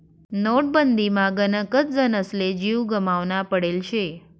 नोटबंदीमा गनच जनसले जीव गमावना पडेल शे